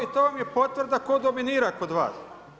I to vam je potvrda tko dominira kod vas.